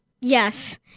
Yes